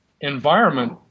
environment